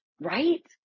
Right